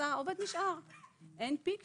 העובד נשאר; אם אין פיק,